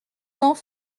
cents